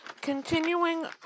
continuing